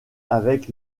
avec